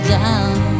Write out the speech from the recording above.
down